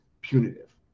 punitive